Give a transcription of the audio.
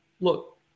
Look